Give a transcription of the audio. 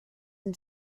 and